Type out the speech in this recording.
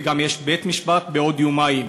ויש גם דיון בבית-משפט בעוד יומיים,